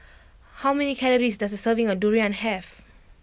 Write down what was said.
how many calories does a serving of durian have